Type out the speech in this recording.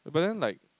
but then like